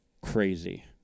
crazy